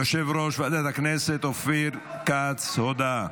יושב-ראש ועדת הכנסת אופיר כץ, הודעה.